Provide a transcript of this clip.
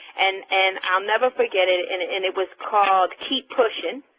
and and i'll never forget it, and it and it was called keep pushing,